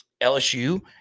LSU